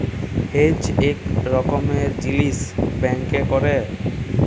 hedge ইক রকমের জিলিস ব্যাংকে ক্যরে